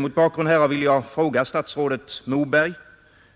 Mot bakgrund härav anhåller jag om kammarens tillstånd att ställa följande fråga till herr statsrådet Moberg: